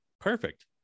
Perfect